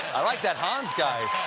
i like that hans guy.